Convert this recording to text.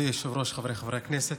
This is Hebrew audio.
הכנסת,